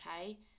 okay